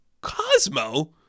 Cosmo